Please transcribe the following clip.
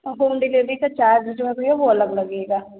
home delivery का charge जो है भईया वो अलग लगेगा